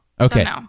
Okay